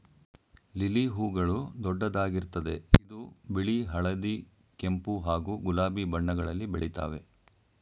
lily ಹೂಗಳು ದೊಡ್ಡದಾಗಿರ್ತದೆ ಇದು ಬಿಳಿ ಹಳದಿ ಕೆಂಪು ಹಾಗೂ ಗುಲಾಬಿ ಬಣ್ಣಗಳಲ್ಲಿ ಬೆಳಿತಾವೆ